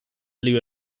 lieu